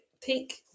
take